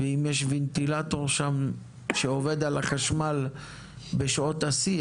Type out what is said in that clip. ואם יש ונטילטור שעובד על החשמל בשעות השיא,